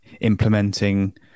implementing